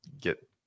get